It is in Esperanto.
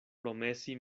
promesi